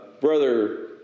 Brother